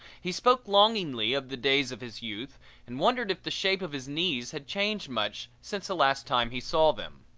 he spoke longingly of the days of his youth and wondered if the shape of his knees had changed much since the last time he saw them.